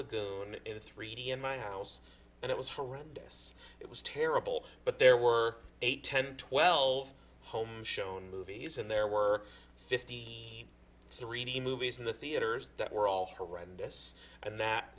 lagoon in the three d and my house and it was horrendous it was terrible but there were eight ten twelve home shown movies and there were fifty three d movies in the theaters that were all horrendous and that